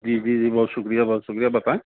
جی جی جی بہت شُکریہ بہت شُکریہ بتائیں